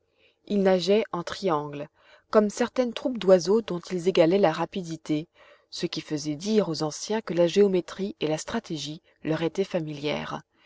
ils nageaient en triangle comme certaines troupes d'oiseaux dont ils égalaient la rapidité ce qui faisait dire aux anciens que la géométrie et la stratégie leur étaient familières